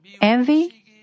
envy